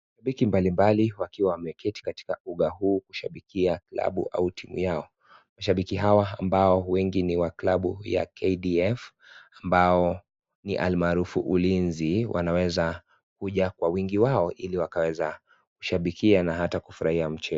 Mashabiki mbalimbali wakiwa wameketi katika uga huu kushabikia klabu au timu yao . Mashabiki hawa ambao wengi ni wa klabu ya KDF ambao ni almaarufu ulinzi wanaweza kuja kwa wingi wao ili wakaweza kushabikia na kufurahia mchezo.